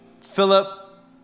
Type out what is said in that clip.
Philip